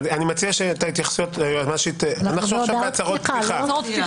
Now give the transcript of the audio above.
אנחנו עכשיו בהצהרות פתיחה.